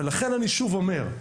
לכן אני שוב אומר,